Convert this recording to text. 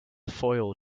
foil